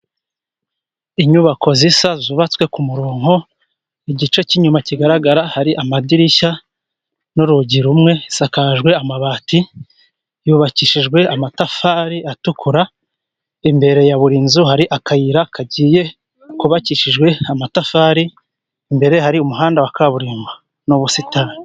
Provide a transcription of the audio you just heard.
Inyubako zisa zubatswe ku murongo. Igice cy'inyuma kigaragara hari amadirishya n'urugi rumwe, isakajwe amabati, yubakishijwe amatafari atukura. Imbere ya buri nzu hari akayira kagiye kubakishijwe amatafari, imbere hari umuhanda wa kaburimbo n'ubusitani.